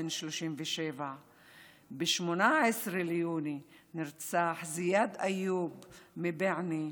בן 37. ב-18 ביוני נרצח זיאד איוב מבענה,